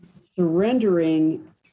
surrendering